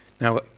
Now